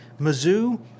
Mizzou